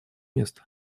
мест